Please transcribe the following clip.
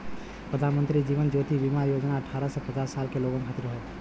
प्रधानमंत्री जीवन ज्योति बीमा योजना अठ्ठारह से पचास साल के लोगन खातिर हौ